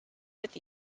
with